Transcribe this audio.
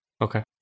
Okay